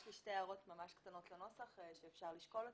יש לי שתי הערות ממש קטנות לנוסח שאפשר לשקול אותן.